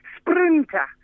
Sprinter